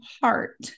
heart